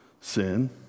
Sin